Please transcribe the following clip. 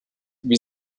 wie